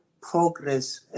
progress